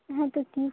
হ্যাঁ তো কি